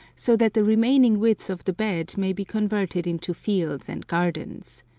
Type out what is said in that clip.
so that the remaining width of the bed may be converted into fields and gardens.